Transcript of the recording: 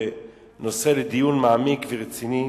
זה נושא לדיון מעמיק ורציני,